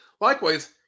Likewise